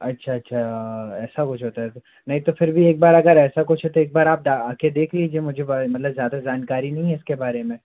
अच्छा अच्छा ऐसा कुछ होता है तो नहीं तो फिर भी एक बार अगर ऐसा कुछ है तो एक बार आप आ के देख लीजिए मुझे मतलब ज़्यादा जानकारी नहीं है इसके बारे में